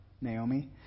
Naomi